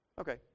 Okay